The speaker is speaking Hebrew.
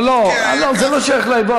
לא, לא, זה לא שייך ליבוא.